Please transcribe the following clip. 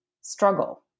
struggle